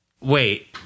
Wait